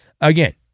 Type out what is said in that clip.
Again